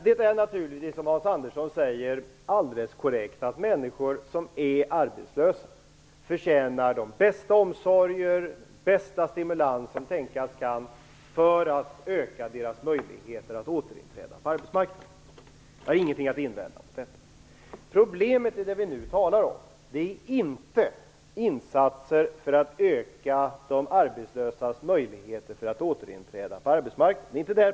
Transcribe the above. Det är naturligtvis som Hans Andersson säger alldeles korrekt att människor som är arbetslösa förtjänar de bästa omsorger, bästa stimulans som tänkas kan för att öka deras möjligheter att återinträda på arbetsmarknaden. Jag har ingenting att invända mot detta. Problemet är inte insatser för att öka de arbetslösas möjligheter för att återinträda på arbetsmarknaden.